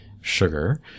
sugar